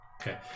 Okay